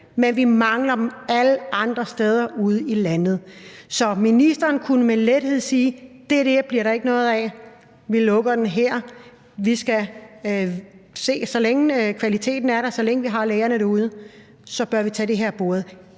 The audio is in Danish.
men vi mangler dem alle andre steder ude i landet. Så ministeren kunne med lethed sige: Det der bliver der ikke noget af, vi lukker den her. Så længe kvaliteten er der, og så længe vi har lægerne derude, bør vi tage det her af bordet.